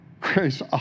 grace